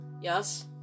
Yes